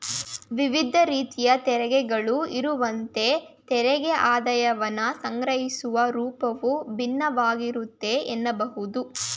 ವಿವಿಧ ರೀತಿಯ ತೆರಿಗೆಗಳು ಇರುವಂತೆ ತೆರಿಗೆ ಆದಾಯವನ್ನ ಸಂಗ್ರಹಿಸುವ ರೂಪವು ಭಿನ್ನವಾಗಿರುತ್ತೆ ಎನ್ನಬಹುದು